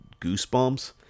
goosebumps